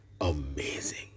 amazing